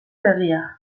egia